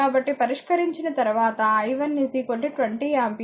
కాబట్టి పరిష్కరించిన తర్వాత i1 20 ఆంపియర్ పొందుతారు